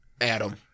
Adam